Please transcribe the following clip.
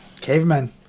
Cavemen